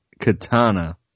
katana